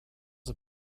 had